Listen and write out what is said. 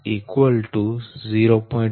6 0